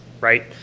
right